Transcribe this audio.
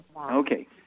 Okay